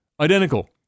identical